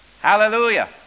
Hallelujah